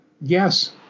Yes